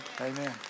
Amen